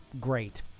great